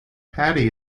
patty